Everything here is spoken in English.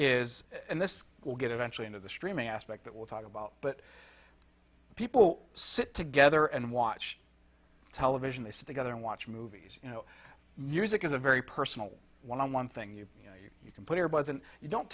is and this will get eventually into the streaming aspect that we'll talk about but people sit together and watch television they sit together and watch movies you know music is a very personal one on one thing you know you you can put ear buds and you don't